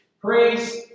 Praise